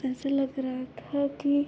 ऐसे लग रहा था कि